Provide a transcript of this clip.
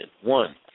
One